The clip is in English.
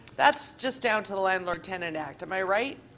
that's just down to the landlord tenant act, am i right?